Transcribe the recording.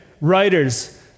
writers